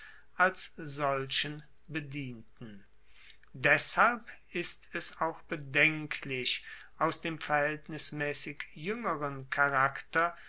als solchen bedienten deshalb ist es auch bedenklich aus dem verhaeltnismaessig juengeren charakter